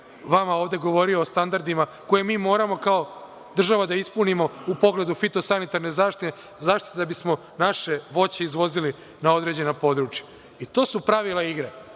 vama ovde govorio o standardima koje mi moramo kao država da ispunimo u pogledu fitosanitarne zaštite da bismo naše voće izvozili na određena područja, i to su pravila igre.